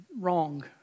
Wrong